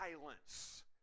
violence